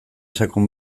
sakon